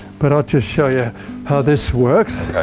but i'll just show you how this works.